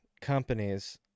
companies